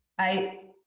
i